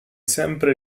sempre